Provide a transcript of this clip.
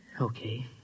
Okay